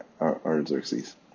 Artaxerxes